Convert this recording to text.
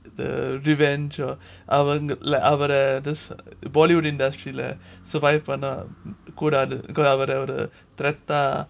the revenge or அவரை:avara those bollywood industry lah survived பண்ண கூடாதுனு:panna koodathunu threat ah